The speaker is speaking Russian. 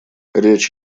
речь